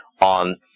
on